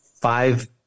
five